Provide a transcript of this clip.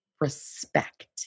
respect